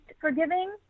forgiving